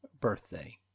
birthday